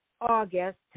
August